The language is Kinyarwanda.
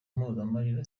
mpozamarira